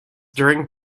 during